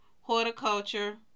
horticulture